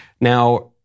Now